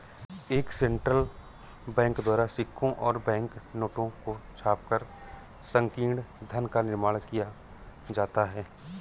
एक central bank द्वारा सिक्कों और बैंक नोटों को छापकर संकीर्ण धन का निर्माण किया जाता है